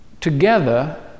together